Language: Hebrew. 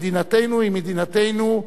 מדינתנו היא מדינתנו,